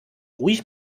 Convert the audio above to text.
ruhig